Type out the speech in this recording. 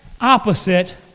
opposite